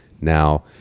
now